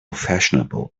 fashionable